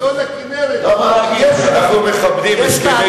לא הסורים מטים את המים לירדן ולא לכינרת.